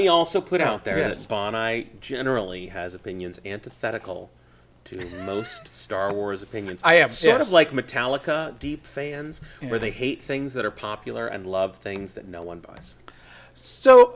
me also put out there that spawn i generally has opinions antithetical to most star wars opinions i have sort of like metallica deep fans where they hate things that are popular and love things that no one buys so